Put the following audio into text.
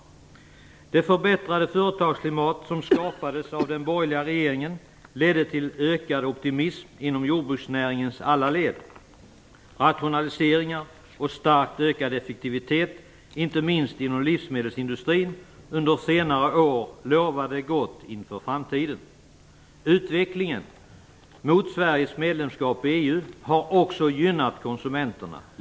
Det förbättrade företagsklimat som skapades av den borgerliga regeringen ledde till ökad optimism inom jordbruksnäringens alla led. Rationaliseringar och starkt ökad effektivitet inte minst inom livsmedelsindustrin under senare år lovade gott inför framtiden. Utvecklingen mot Sveriges medlemskap i EU har också gynnat konsumenterna.